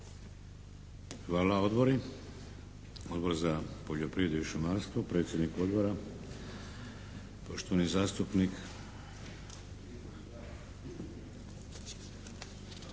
Hvala. Odbori? Odbor za poljoprivredu i šumarstvo, predsjednik Odbora poštovani zastupnik.